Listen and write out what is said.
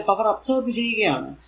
അവിടെ power absorb ചെയ്യുകയാണ്